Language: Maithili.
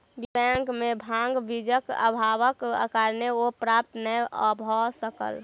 बीज बैंक में भांग बीजक अभावक कारणेँ ओ प्राप्त नै भअ सकल